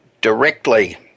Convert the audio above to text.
directly